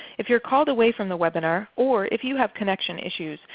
if you are called away from the webinar, or if you have connection issues,